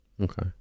Okay